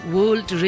World